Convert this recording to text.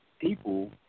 people